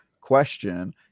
question